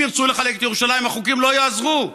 אם ירצו לחלק את ירושלים החוקים לא יעזרו,